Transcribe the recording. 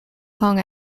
kong